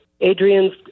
Adrian's